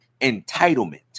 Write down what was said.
entitlement